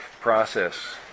process